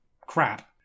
crap